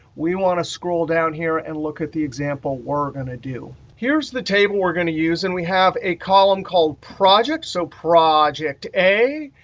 we want to scroll down here and look at the example we're going to do. here's the table we're going to use. and we have a column called project, so project a.